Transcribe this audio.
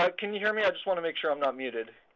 ah can you hear me? i want to make sure i'm not muted.